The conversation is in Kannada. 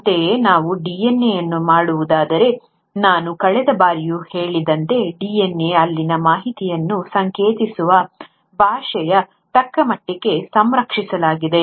ಅಂತೆಯೇ ನಾವು DNA ಅನ್ನು ನೋಡುವುದಾದರೆ ನಾನು ಕಳೆದ ಬಾರಿಯೂ ಹೇಳಿದಂತೆ DNA ಅಲ್ಲಿನ ಮಾಹಿತಿಯನ್ನು ಸಂಕೇತಿಸುವ ಭಾಷೆಯು ತಕ್ಕಮಟ್ಟಿಗೆ ಸಂರಕ್ಷಿಸಲಾಗಿದೆ